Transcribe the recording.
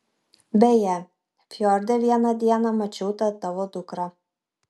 beje fjorde vieną dieną mačiau tą tavo dukrą